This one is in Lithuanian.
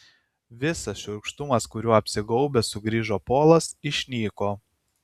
visas šiurkštumas kuriuo apsigaubęs sugrįžo polas išnyko